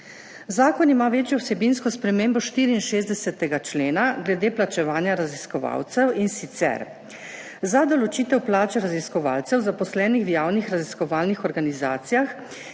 Zakon ima večjo vsebinsko spremembo 64. člena glede plačevanja raziskovalcev, in sicer, za določitev plač raziskovalcev, zaposlenih v javnih raziskovalnih organizacijah,